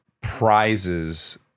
prizes